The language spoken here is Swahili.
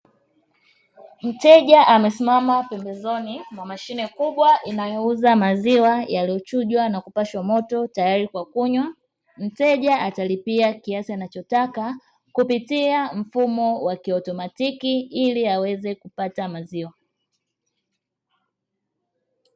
Mteja amesimama pembezoni mwa mashine kubwa inayouza maziwa yaliyochujwa na kupashwa moto tayari kwa kunywa. Mteja atalipia kiasi anachotaka kupitia mfumo wa kiautomatiki ili aweze kupata maziwa.